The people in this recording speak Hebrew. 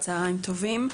צוהריים טובים.